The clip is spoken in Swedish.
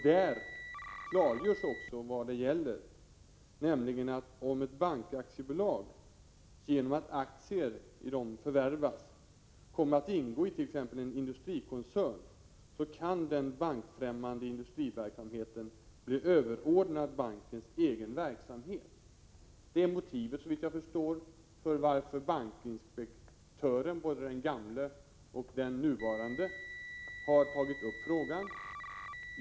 Där klargörs också vad det gäller, nämligen att om ett bankaktiebolag, genom att dess aktier förvärvas, kommer att ingå i t.ex. en industrikoncern, kan den bankfrämmande industriverksamheten bli överordnad bankens egen verksamhet. Det är, såvitt jag förstår, motivet till att både den gamle och den nuvarande bankinspektören har tagit upp frågan.